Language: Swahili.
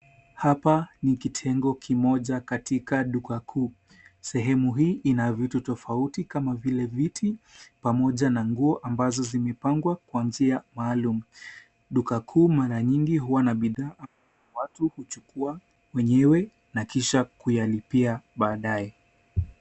Hapa ni kitengo kimoja katika duka kuu. Sehemu hii ina vitu tofauti kama vile viti pamoja na nguo ambazo zimepangwa kwa njia maalum. Duka kuu mara nyingi huwa na bidhaa watu huchukua wenyewe na kisha kuyalipia badae.